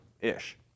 ish